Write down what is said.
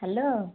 hello